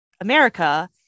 America